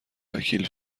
وکیل